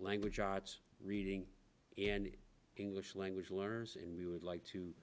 language arts reading and english language learners and we would like to